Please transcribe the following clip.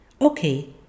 Okay